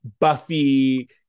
buffy